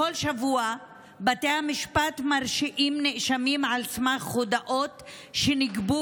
בכל שבוע בתי המשפט מרשיעים נאשמים על סמך הודאות שנגבו